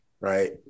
right